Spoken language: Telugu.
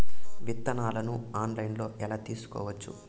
విత్తనాలను ఆన్లైన్లో ఎలా తీసుకోవచ్చు